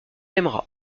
aimera